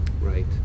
Right